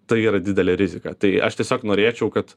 tai yra didelė rizika tai aš tiesiog norėčiau kad